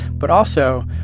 but also,